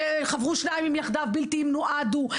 ל-"היילכו שניים יחדיו בלתי אם נועדו״.